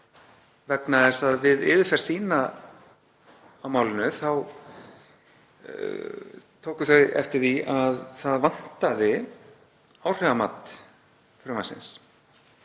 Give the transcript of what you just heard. nefndasviðs. Við yfirferð sína á málinu tóku þau eftir því að það vantaði áhrifamat frumvarpsins.